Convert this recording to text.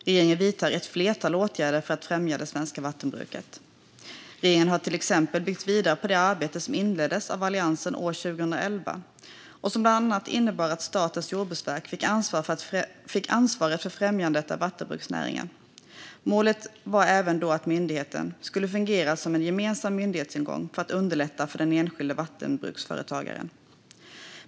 Regeringen vidtar ett flertal åtgärder för att främja det svenska vattenbruket. Regeringen har till exempel byggt vidare på det arbete som inleddes av Alliansen 2011 och som bland annat innebar att Statens jordbruksverk fick ansvaret för främjandet av vattenbruksnäringen. Målet var även då att myndigheten skulle fungera som en gemensam myndighetsingång för att underlätta för den enskilde vattenbruksföretagaren.